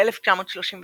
ב 1939,